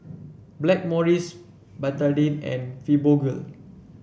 Blackmores Betadine and Fibogel